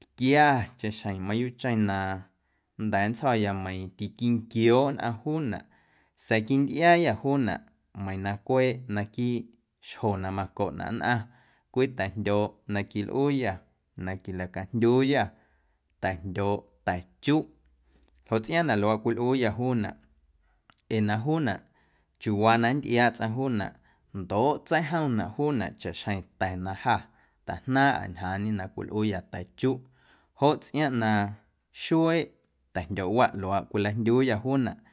tquiacheⁿ xjeⁿ mayuuꞌcheⁿ na nnda̱a̱ nntsjo̱ya meiiⁿ tiquinquiooꞌ nnꞌaⁿ juunaꞌ sa̱a̱ quintꞌiaayâ juunaꞌ meiiⁿ na cweꞌ naquii xjo na macoꞌnaꞌ nnꞌaⁿ cwii ta̱jndyooꞌ na quilꞌuuyâ na quilacajndyuuyâ ta̱jndyooꞌ ta̱chuꞌ ljoꞌ tsꞌiaaⁿꞌ na luaaꞌ cwilꞌuuyâ juunaꞌ ee na juunaꞌ chiuuwaa na nntꞌiaaꞌ tsꞌaⁿ juunaꞌ ndoꞌ tseijomnaꞌ juunaꞌ chaꞌxjeⁿ ta̱ na jâ tajnaaⁿꞌaⁿ njaañe na cwilꞌuuyâ ta̱chuꞌ joꞌ tsꞌiaaⁿꞌ na xueeꞌ ta̱jndyooꞌwaꞌ luaaꞌ cwilajndyuuya juunaꞌ.